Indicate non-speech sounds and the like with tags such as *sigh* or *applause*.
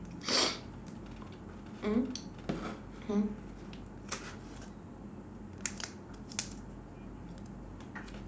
*noise* mm